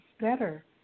better